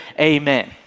Amen